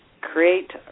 create